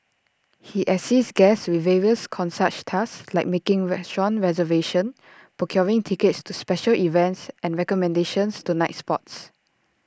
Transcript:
he assists guests with various concierge tasks like making restaurant reservations procuring tickets to special events and recommendations to nightspots